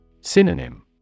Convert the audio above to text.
Synonym